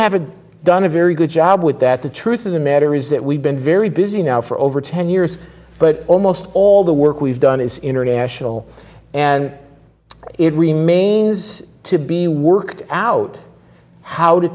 haven't done a very good job with that the truth of the matter is that we've been very busy now for over ten years but almost all the work we've done is international and it remains to be worked out how to